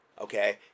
okay